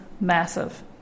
massive